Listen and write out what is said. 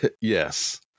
Yes